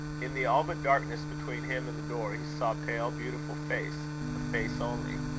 in the all-but-darkness between him and the door, he saw a pale beautiful face a face only.